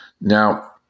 Now